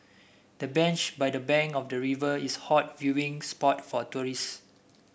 the bench by the bank of the river is a hot viewing spot for tourists